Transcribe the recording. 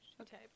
Okay